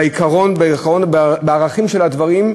בעיקרון ובערכים של הדברים,